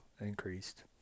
increased